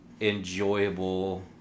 enjoyable